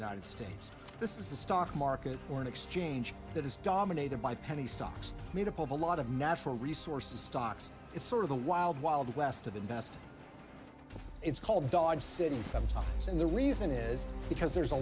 united states this is the stock market or an exchange that is dominated by penny stocks made up of a lot of natural resources stocks it's sort of the wild wild west of the best it's called dodge city sometime and the reason is because there's a